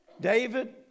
David